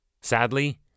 Sadly